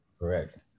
Correct